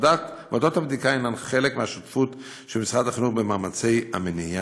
ועדות הבדיקה הן חלק מהשותפות של משרד החינוך במאמצי המניעה.